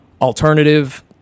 alternative